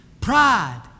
pride